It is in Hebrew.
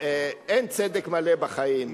אין צדק מלא בחיים,